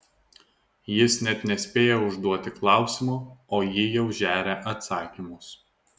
jis net nespėja užduoti klausimo o ji jau žeria atsakymus